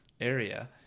area